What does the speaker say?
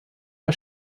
der